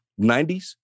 90s